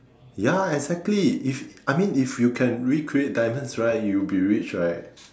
ya exactly if I mean if you can recreate diamonds right you will be rich right